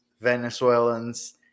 Venezuelans